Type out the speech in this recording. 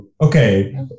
Okay